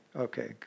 okay